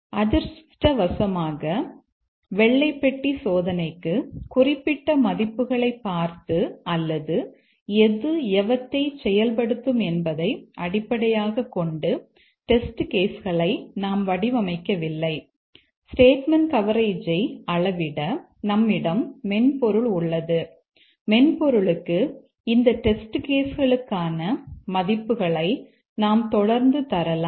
அதிர்ஷ்டவசமாக வெள்ளை பெட்டி சோதனைக்கு குறிப்பிட்ட மதிப்புகளைப் பார்த்து அல்லது எது எவற்றை செயல்படுத்தும் என்பதை அடிப்படையாகக் கொண்டு டெஸ்ட் கேஸ் களுக்கான மதிப்புகளை நாம் தொடர்ந்து தரலாம்